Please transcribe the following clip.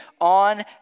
on